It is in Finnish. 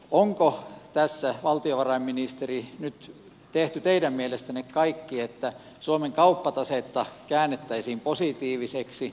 onko tässä valtiovarainministeri nyt tehty teidän mielestänne kaikki että suomen kauppatasetta käännettäisiin positiiviseksi